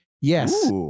Yes